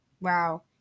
Wow